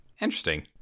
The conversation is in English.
Interesting